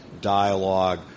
dialogue